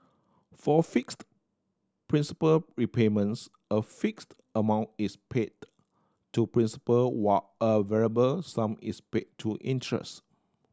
for fixed principal repayments a fixed amount is paid to principal while a variable sum is paid to interest